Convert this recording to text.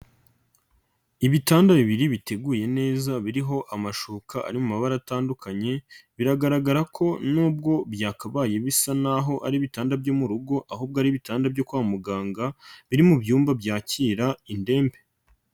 Ibitanda bibiri biteguye neza biriho amashuka ari mu mabara atandukanye biragaragara ko nubwo byakabaye bisa n'aho ari ibitanda byo mu rugo ahubwo ari ibitanda byo kwa muganga biri mu byumba byakira indembe.